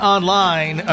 Online